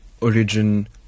origin